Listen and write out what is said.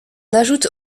ajoute